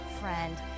friend